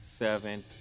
seven